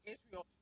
Israel